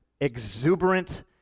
exuberant